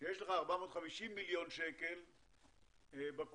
כשיש לך 450 מיליון שקל בקופה,